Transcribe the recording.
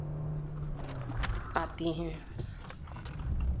आती है